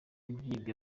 byibwe